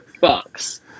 bucks